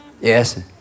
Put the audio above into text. Yes